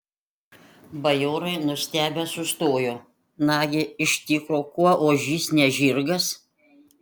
bajorai nustebę sustojo nagi iš tikro kuo ožys ne žirgas